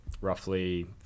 roughly